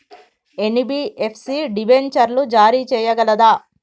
NBFC డిబెంచర్లు జారీ చేయగలదా?